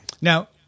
Now